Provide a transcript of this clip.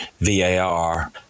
var